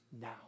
now